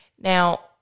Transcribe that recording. Now